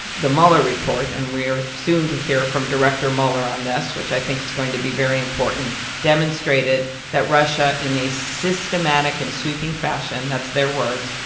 the mueller report, and we're soon to hear from director mueller on this, which i think is going to be very important demonstrated that russia, in a systematic and sweeping fashion that's their words,